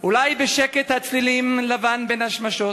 אולי בשקט הצלילים / לבן, בין השמשות.